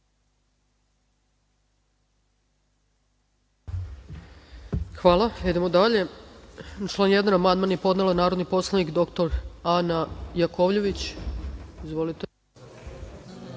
Hvala. Idemo dalje. Na član 1. amandman je podnela narodni poslanik dr Ana Jakovljević. Izvolite.